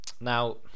Now